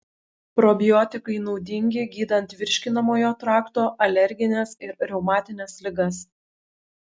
probiotikai naudingi gydant virškinamojo trakto alergines ir reumatines ligas